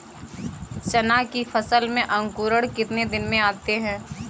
चना की फसल में अंकुरण कितने दिन में आते हैं?